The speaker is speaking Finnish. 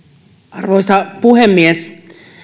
arvoisa puhemies